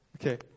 okay